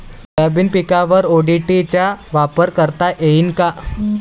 Soybean पिकावर ODT चा वापर करता येईन का?